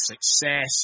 success